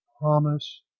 promise